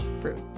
proof